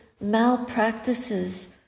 malpractices